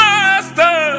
Master